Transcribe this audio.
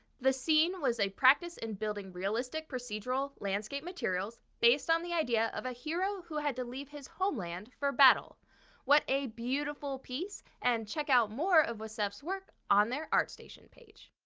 the scene was a practice in building realistic procedural landscape materials based on the idea of a hero who had to leave his homeland for battle what a beautiful piece. and check out more of wassef's work on their artstation page.